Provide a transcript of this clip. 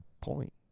point